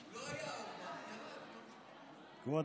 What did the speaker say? כבוד